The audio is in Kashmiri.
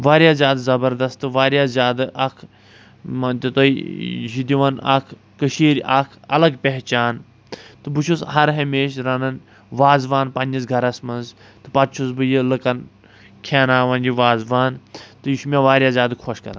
واریاہ زیادٕ زبردست تہٕ واریاہ زیادٕ اکھ مٲنۍتَو تُہی یہِ چھِ دِوان اَکھ کٔشیٖرِ اَکھ الگ پہچان تہٕ بہٕ چھُس ہر ہمیشہِ رنان وازٕوان پنٕنس گرس منٛز تہٕ پتہٕ چھُس بہٕ یہِ لُکَن کھیٚاناوان یہِ وازٕوان تہٕ یہِ چھُ مےٚ واریاہ زیادٕ خوٚش کَران